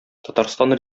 татарстан